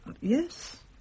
Yes